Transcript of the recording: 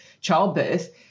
childbirth